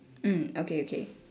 mm okay okay